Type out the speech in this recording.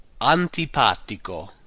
antipatico